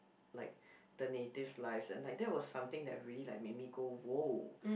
like the native's lives and like that was something that really like made me go !whoa!